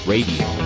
Radio